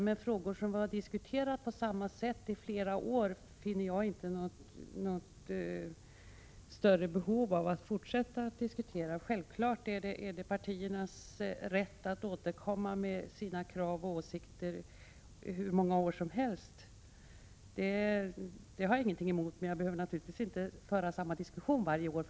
Men en fråga som diskuterats på samma sätt i flera år finner jag inte något större behov av att fortsätta diskutera. Självfallet är det partiernas rätt att återkomma med sina krav och åsikter hur många gånger som helst. Det har jag ingenting emot, men jag behöver naturligtvis inte föra samma diskussion varje år.